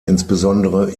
insbesondere